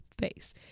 face